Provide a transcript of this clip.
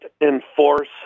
enforce